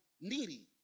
needy